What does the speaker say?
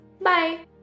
bye